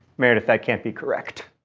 meredith, that can't be correct.